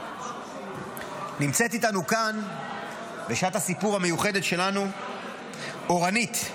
נמצאת איתנו כאן בשעת הסיפור המיוחדת שלנו אורנית,